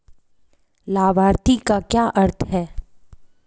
लाभार्थी का क्या अर्थ है?